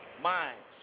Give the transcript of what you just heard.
minds